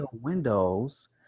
windows